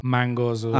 Mangoes